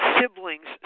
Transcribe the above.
siblings